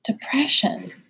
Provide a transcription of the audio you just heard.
depression